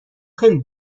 خیلی